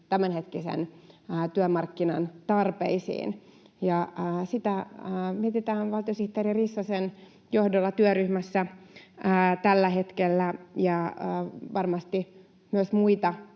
tämänhetkisen työmarkkinan tarpeisiin, ja sitä mietitään valtiosihteeri Rissasen johdolla työryhmässä tällä hetkellä. Varmasti meillä